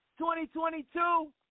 2022